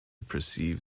perceive